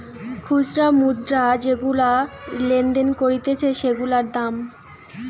খুচরা মুদ্রা যেগুলা লেনদেন করতিছে সেগুলার দাম